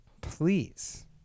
please